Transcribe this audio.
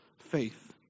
faith